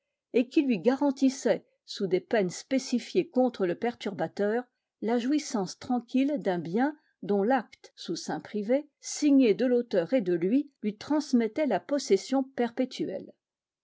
et qui lui garantissait sous des peines spécifiées contre le perturbateur la jouissance tranquille d'un bien dont l'acte sous seing privé signé de l'auteur et de lui lui transmettait la possession perpétuelle